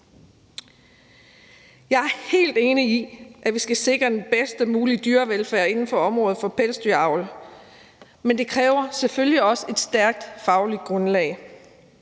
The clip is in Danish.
Jeg er helt enig i, at vi skal sikre den bedst mulige dyrevelfærd inden for området for pelsdyravl, men det kræver selvfølgelig også et stærkt fagligt grundlag.